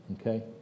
okay